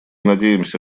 надеемся